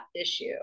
issue